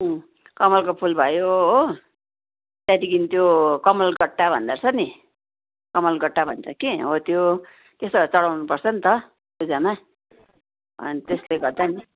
अँ कमलको फुल भयो हो त्यहाँदेखि त्यो कमलगट्टा भन्दरहेछस नि कमलगट्टा भन्छ कि हो त्यो त्यस्तोहरू चढाउनु पर्छ नि त पूजामा अनि त्यसले गर्दा नि